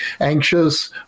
anxious